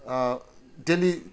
daily